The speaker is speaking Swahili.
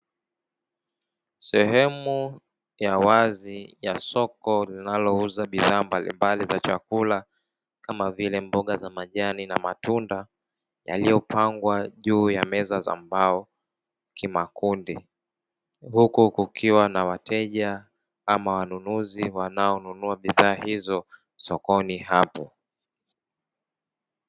Sehemu ya wazi ya soko linalouza bidhaa mbalimbali za chakula kama vile mboga za majani na matunda, yaliyopangwa juu ya meza za mbao kimakundi. Huku kukiwa na wateja ama wanunuzi wanaonunua bidhaa hizo sokoni hapo.